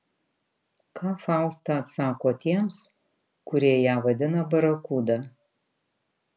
ką fausta atsako tiems kurie ją vadina barakuda